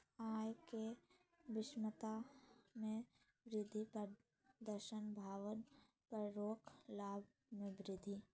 आय के विषमता में वृद्धि प्रदर्शन प्रभाव पर रोक लाभ में वृद्धि